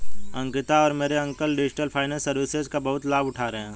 अंकिता और मेरे uncle digital finance services का बहुत लाभ उठा रहे हैं